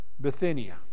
Bithynia